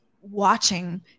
watching